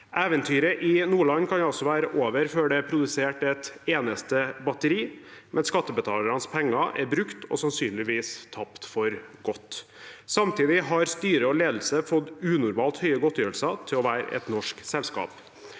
Eventyret i Nordland kan altså være over før det er produsert et eneste batteri, mens skattebetalernes penger er brukt og sannsynligvis tapt for godt. Samtidig har styret og ledelsen fått unormalt høye godtgjørelser til å være et norsk selskap.